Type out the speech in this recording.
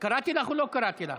קראתי לך או לא קראתי לך?